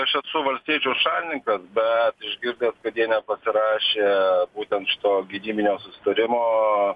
aš esu valstiečių šalininkas bet išgirdęs kad jie nepasirašė būtent šito gynybinio susitarimo